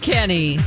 Kenny